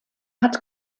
hat